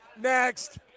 Next